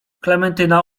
klementyna